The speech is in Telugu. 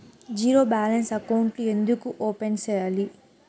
జీరో బ్యాలెన్స్ అకౌంట్లు ఎందుకు ఓపెన్ సేయాలి